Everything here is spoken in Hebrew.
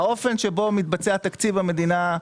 האופן שבו מתבצע תקציב המדינה.